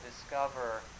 discover